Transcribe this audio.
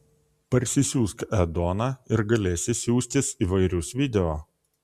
parsisiųsk edoną ir galėsi siųstis įvairius video